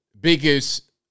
biggest